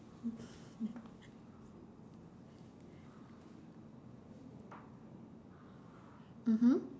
mmhmm